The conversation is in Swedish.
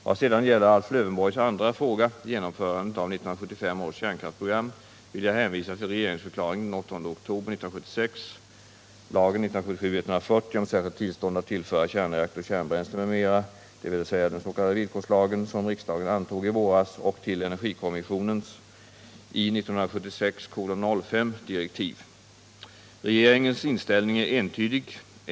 Vad sedan gäller Alf Lövenborgs andra fråga — genomförandet av 1975 års kärnkraftprogram — vill jag hänvisa till regeringsförklaringen den 8 oktober 1976, lagen om särskilt tillstånd att tillföra kärnreaktor kärnbränsle, m.m. — dvs. den s.k. villkorslagen — som riksdagen antog i våras och till energikommissionens direktiv. Regeringens inställning är entydig.